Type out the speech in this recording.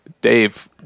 Dave